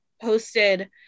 posted